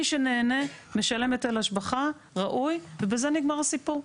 מי שנהנה משלם היטל השבחה ראוי ובזה נגמר הסיפור.